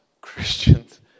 Christians